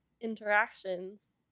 interactions